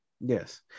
Yes